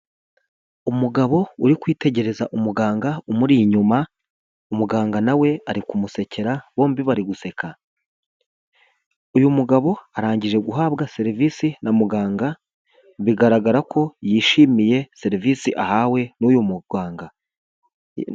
Umugabo uri kwitegereza umuganga umuri inyuma umuganga nawe ari kumusekera bombi bari guseka uyu mugabo arangije guhabwa serivisi na muganga bigaragara ko yishimiye serivisi ahawe n'uyu muganga .